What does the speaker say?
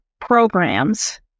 programs